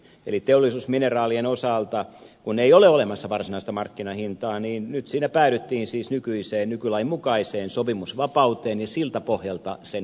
eli kun teollisuusmineraalien osalta ei ole olemassa varsinaista markkinahintaa niin nyt siinä päädyttiin nykylain mukaiseen sopimusvapauteen ja siltä pohjalta sen hinnan määrittelyyn